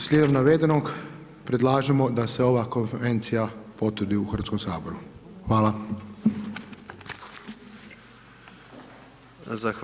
Slijedom navedenog, predlažemo da se ova konvencija potvrdi u Hrvatskom saboru, hvala.